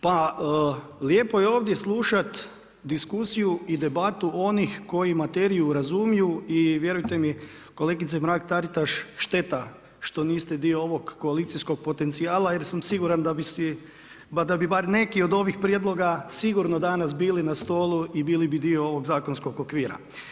Pa lijepo je ovdje slušati diskusiju i debatu onih koji materiju razumiju i vjerujte mi kolegice Mrak-TAritaš šteta što niste dio ovog koalicijskog potencijala jer sam siguran da bi bar neki od ovih prijedloga sigurno danas bili na stolu i bili bi dio ovog zakonskog okvira.